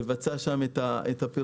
לבצע שם פרסומים,